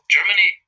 Germany